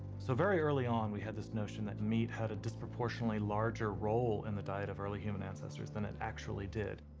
so very early on, we had this notion that meat had a disproportionately larger role in the diet of early human ancestors than it actually did.